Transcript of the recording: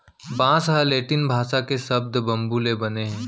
बांस ह लैटिन भासा के सब्द बंबू ले बने हे